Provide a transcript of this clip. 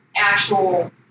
actual